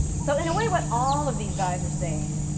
so in a way, what all of these guys are saying,